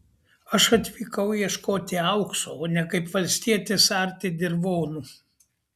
aš atvykau ieškoti aukso o ne kaip valstietis arti dirvonų